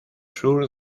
sur